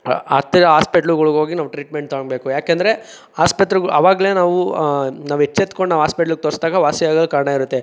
ಹತ್ತಿರ ಹಾಸ್ಪೆಟ್ಲ್ಗುಳುಗೋಗಿ ನಾವು ಟ್ರೀಟ್ಮೆಂಟ್ ತಗೊಬೇಕು ಯಾಕೆಂದರೆ ಆಸ್ಪತ್ರೆಗಳ್ ಆವಾಗಲೆ ನಾವು ನಾವು ಎಚ್ಚೆತ್ಕೊಂಡು ನಾವು ಹಾಸ್ಪೆಟ್ಲ್ಗ್ ತೋರಿಸ್ದಾಗ ವಾಸಿ ಆಗೋಕ್ ಕಾರಣ ಇರುತ್ತೆ